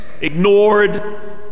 ignored